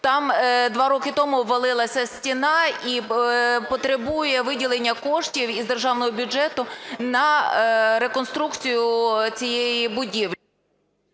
Там 2 роки тому обвалилася стіна і потребує виділення коштів із державного бюджету на реконструкцію цієї будівлі.